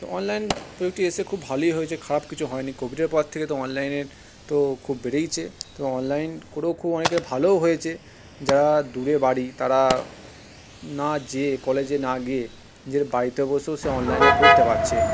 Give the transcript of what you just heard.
তো অনলাইন ব্যাপারটি এসে খুব ভালোই হয়েছে খারাপ কিছু হয়নি কোভিডের পর থেকে তো অনলাইনের তো খুব বেড়েইছে তো অনলাইন করেও খুব অনেকের ভালোও হয়েছে যারা দূরে বাড়ি তারা না গিয়ে কলেজে না গিয়ে নিজের বাড়িতে বসেও সে অনলাইনে পড়তে পারছে